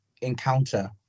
encounter